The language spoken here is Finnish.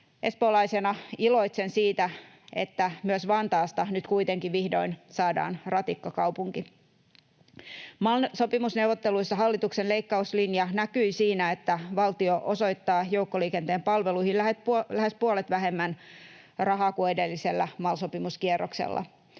Espoolaisena iloitsen siitä, että myös Vantaasta nyt kuitenkin vihdoin saadaan ratikkakaupunki. MAL-sopimusneuvotteluissa hallituksen leikkauslinja näkyi siinä, että valtio osoittaa joukkoliikenteen palveluihin lähes puolet vähemmän rahaa kuin edellisellä MAL-sopimuskierroksella.